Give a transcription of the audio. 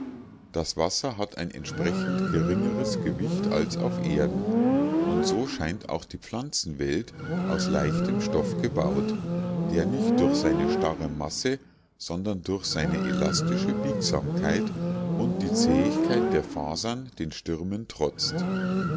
das wasser hat ein entsprechend geringeres gewicht als auf erden und so scheint auch die pflanzenwelt aus leichtem stoff gebaut der nicht durch seine starre masse sondern durch seine elastische biegsamkeit und die zähigkeit der fasern den stürmen trotzt